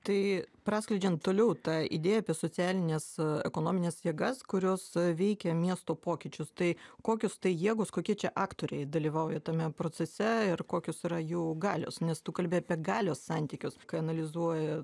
tai praskleidžiant toliau ta idėja apie socialines ekonomines jėgas kurios veikia miesto pokyčius tai kokios tai jėgos kokie čia aktoriai dalyvauja tame procese ir kokios yra jų galios nes tu kalbi apie galios santykius kai analizuoji